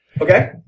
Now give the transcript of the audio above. Okay